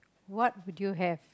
what would you have